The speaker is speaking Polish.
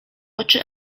oczy